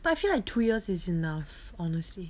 but I feel like two years is enough honestly